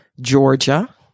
Georgia